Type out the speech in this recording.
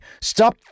Stop